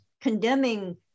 condemning